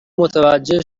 متوجه